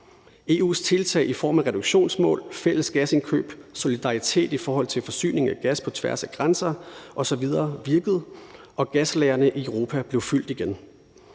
EU's tiltag i form af reduktionsmål, fælles gasindkøb, solidaritet i forhold til forsyning af gas på tværs af grænser osv. virkede, og gaslagrene i Europa blev fyldt op igen.